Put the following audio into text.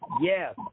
yes